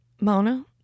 Mona